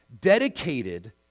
dedicated